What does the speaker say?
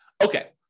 Okay